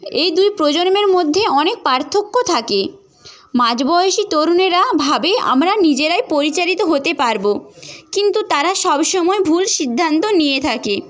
এই দুই প্রজন্মের মধ্যে অনেক পার্থক্য থাকে মাঝবয়সি তরুণেরা ভাবে আমরা নিজেরাই পরিচালিত হতে পারব কিন্তু তারা সবসময় ভুল সিদ্ধান্ত নিয়ে থাকে